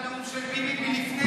העתקנו את הנאום של ביבי מלפני 12 שנה.